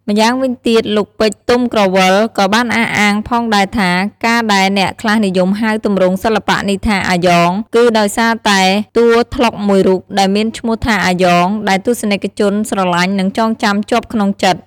ម្យ៉ាងវិញទៀត លោក ពេជ្រ ទុំក្រវ៉ិល ក៏បានអះអាងផងដែរថា ការដែលអ្នកខ្លះនិយមហៅទម្រង់សិល្បៈនេះថា “អាយ៉ង” គឺដោយសារតែតួត្លុកមួយរូបដែលមានឈ្មោះថា “អាយ៉ង” ដែលទស្សនិកជនស្រឡាញ់ និងចងចាំជាប់ក្នុងចិត្ត ។